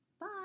Bye